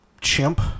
Chimp